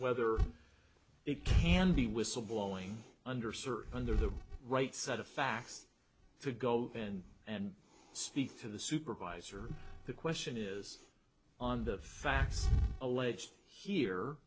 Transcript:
whether it can be whistleblowing under served under the right set of facts to go in and speak to the supervisor the question is on the facts alleged here